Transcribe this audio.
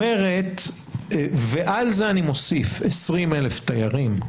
ועל זה אני מוסיף 20,000 תיירים,